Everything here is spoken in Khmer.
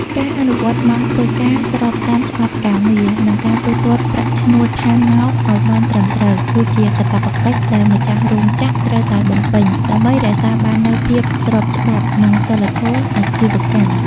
ការអនុវត្តម៉ោងធ្វើការស្របតាមច្បាប់ការងារ និងការទូទាត់ប្រាក់ឈ្នួលថែមម៉ោងឱ្យបានត្រឹមត្រូវ គឺជាកាតព្វកិច្ចដែលម្ចាស់រោងចក្រត្រូវតែបំពេញ ដើម្បីរក្សាបាននូវភាពស្របច្បាប់ និងសីលធម៌អាជីវកម្ម។